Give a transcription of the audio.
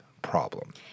problem